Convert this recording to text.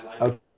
Okay